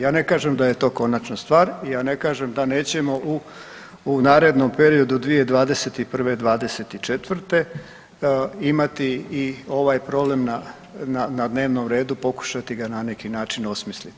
Ja ne kažem da je to konačna stvar i ja ne kažem da nećemo u narednom periodu 2021.-2024. imati i ovaj problem na dnevnom redu pokušati ga na neki način osmisliti.